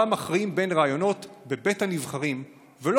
שבה מכריעים בין רעיונות בבית הנבחרים ולא